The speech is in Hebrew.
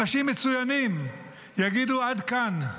אנשים מצוינים יגידו: עד כאן.